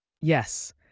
Yes